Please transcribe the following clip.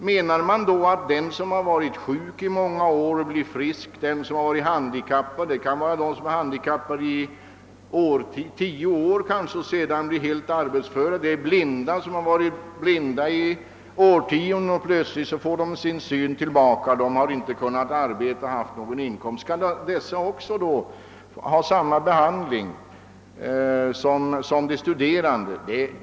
Menar man att den som varit sjuk i många år och blir frisk skall få samma behandling som de studerande? En person kan ju ha varit handikappad i många år och sedan bli arbetsför — en som varit blind i årtionden kan plötsligt få sin syn tillbaka. Hur skulle man då handla, om vederbörande inte haft någon inkomst under den aktuella tiden? Skall då hänsyn tagas även till deras livslöner?